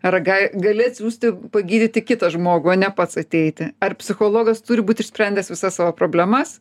ar ga gali atsiųsti pagydyti kitą žmogų o ne pats ateiti ar psichologas turi būti išsprendęs visas savo problemas